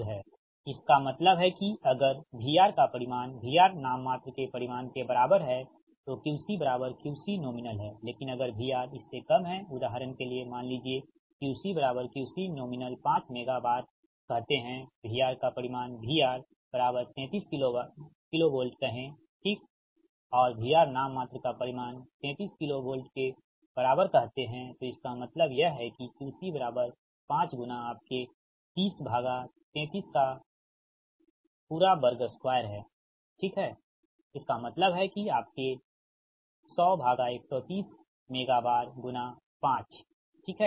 2 इसका मतलब है कि अगर VR का परिमाण VR नाममात्र के परिमाण के बराबर है तो QC QC nominal हैंलेकिन अगर VR इससे कम है उदाहरण के लिए मान लीजिए QCQCnominal 5 MVAR कहते हैं VR का परिमाण VR33KV कहें ठीक है और VR नाममात्र का परिमाण 33 KV के बराबर कहते है तो इसका मतलब यह है कि QC बराबर 5 गुना आपके30332 है ठीक है इसका मतलब है कि आपके 100121 मेगा VAR गुना 5 सही है